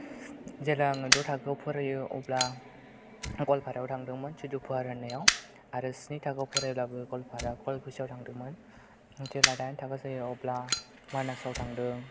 जेब्ला आङो द' थाखोआव फरायो अब्ला गवालपारायाव थांदोंमोन सुर्ज' पाहार होननायाव आरो स्नि थाखोआव फरायब्लाबो गवालपारा खुवालकुसिआव थांदोंमोन जेब्ला दाइन थाखो जायो अब्ला मानासआव थांदों